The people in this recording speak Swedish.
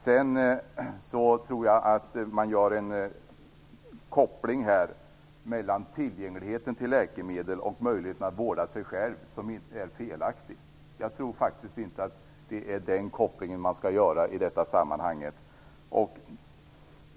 Jag tror att den koppling som görs mellan tillgängligheten till läkemedel och möjligheten att vårda sig själv är felaktig. Jag tror inte att det är den kopplingen som skall göras i detta sammanhang.